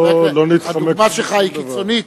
חבר הכנסת אלדד,